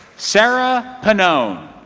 sarah pinone